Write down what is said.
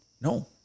No